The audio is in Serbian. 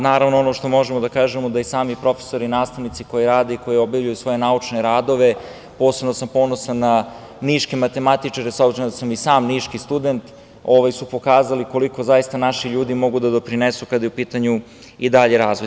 Naravno, ono što možemo da kažemo da i sami profesori, nastavnici koji rade, koji objavljuju svoje naučne radove, posebno sam ponosan na niške matematičare, s obzirom da sam i sam niški student, koji su pokazali koliko zaista naši ljudi mogu da doprinesu kada je u pitanju dalji razvoj.